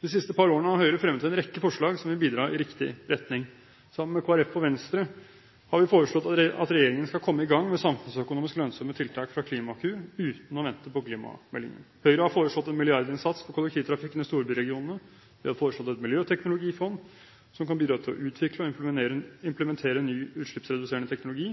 De siste par årene har Høyre fremmet en rekke forslag som vil bidra i riktig retning. Sammen med Kristelig Folkeparti og Venstre har vi foreslått at regjeringen skal komme i gang med samfunnsøkonomisk lønnsomme tiltak fra Klimakur 2020, uten å vente på klimameldingen. Høyre har forslått en milliardinnsats for kollektivtrafikken i storbyregionene. Vi har foreslått et miljøteknologifond som kan bidra til å utvikle og implementere ny utslippsreduserende teknologi.